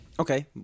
Okay